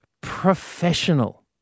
professional